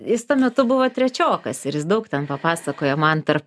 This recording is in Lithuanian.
jis tuo metu buvo trečiokas ir jis daug ten papasakojo man tarp